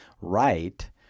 right